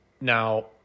Now